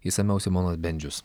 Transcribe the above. išsamiau simonas bendžius